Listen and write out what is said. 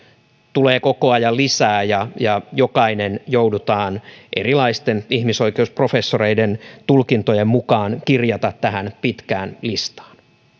tulee koko ajan lisää ja ja jokainen joudutaan erilaisten ihmisoikeusprofessoreiden tulkintojen mukaan kirjaamaan tähän pitkään listaan